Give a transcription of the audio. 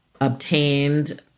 obtained